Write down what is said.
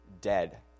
dead